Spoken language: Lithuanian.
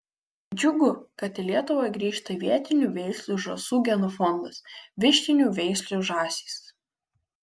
džiugu kad į lietuvą grįžta vietinių veislių žąsų genofondas vištinių veislių žąsys